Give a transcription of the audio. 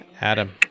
Adam